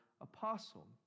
apostle